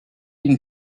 une